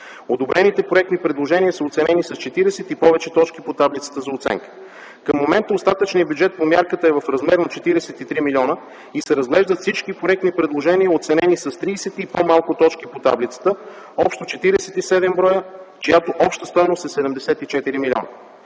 Одобрените проектни предложения са оценени с 40 и повече точки по таблицата за оценка. Към момента остатъчният бюджет по мярката е в размер от 43 милиона и се разглеждат всички проектни предложения, оценени с 30 и по-малко точки по таблицата, общо 47 броя, чиято обща стойност е 74 милиона.